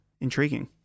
intriguing